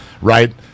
Right